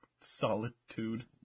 solitude